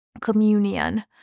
communion